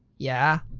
yeah?